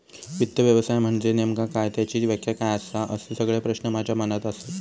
वित्त व्यवसाय म्हनजे नेमका काय? त्याची व्याख्या काय आसा? असे सगळे प्रश्न माझ्या मनात आसत